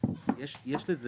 יש בזה